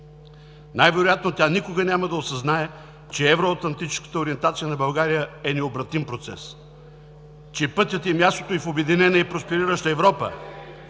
Най-вероятно тя никога няма да осъзнае, че евроатлантическата ориентация на България е необратим процес, че пътят и мястото ѝ в обединена и просперираща Европа,...